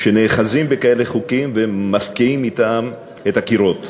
שנאחזים בחוקים כאלה ומבקיעים אתם את הקירות.